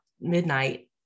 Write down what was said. midnight